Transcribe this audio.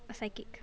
a psychic